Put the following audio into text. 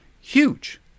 Huge